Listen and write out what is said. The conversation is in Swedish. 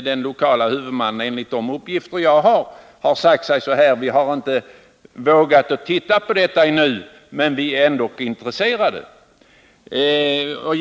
Den lokala huvudmannen har, enligt de uppgifter jag har, sagt ungefär: Vi har inte vågat titta på detta nu, men vi är ändå intresserade. Det beror även på de statsanslag som kan utgå.